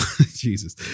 jesus